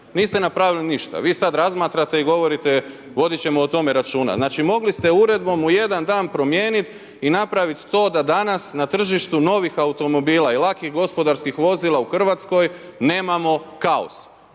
niste napravili ništa. vi sad razmatrate i govorite vodit ćemo o tome računa. Znači mogli ste uredbom u jedan dan promijenit i napraviti to da da danas na tržištu novih automobila i lakih gospodarskih vozila u Hrvatskoj, nemamo kaos.